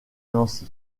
nancy